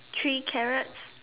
three carrots